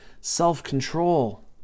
self-control